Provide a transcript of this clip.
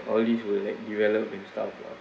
all these will like develop and stuff lah